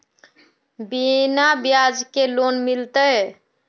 बिना ब्याज के लोन मिलते?